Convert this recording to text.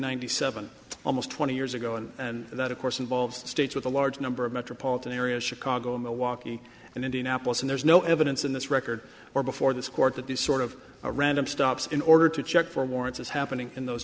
ninety seven almost twenty years ago and that of course involves states with a large number of metropolitan areas chicago milwaukee and indianapolis and there's no evidence in this record or before this court that these sort of a random stops in order to check for warrants is happening in those